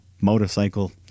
motorcycle